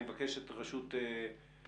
אני מבקש את רשות האוכלוסין,